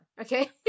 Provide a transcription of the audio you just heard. okay